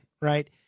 right